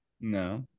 no